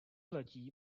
letí